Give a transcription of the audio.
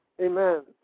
Amen